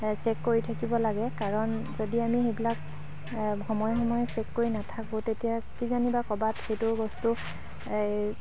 check কৰি থাকিব লাগে কাৰণ যদি আমি সেইবিলাক সময়ে সময়ে চেক কৰি নাথাকোঁ তেতিয়া কিজানিবা ক'ৰবাত সেইটো বস্তু এই